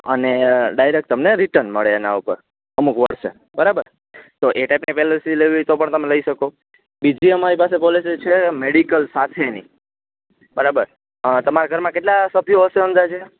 અને ડાયરેક તમને રિટન મળે એના ઉપર અમુક વર્ષે બરાબર તો એ ટાઈપની પેલેસી લેવી હોય તો પણ તમે લઈ શકો બીજી અમારી પાસે પોલિસી છે મેડિકલ સાથેની બરાબર તમારા ઘરમાં કેટલા સભ્યો હશે અંદાજે